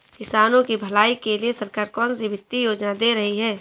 किसानों की भलाई के लिए सरकार कौनसी वित्तीय योजना दे रही है?